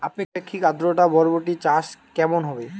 আপেক্ষিক আদ্রতা বরবটি চাষ কেমন হবে?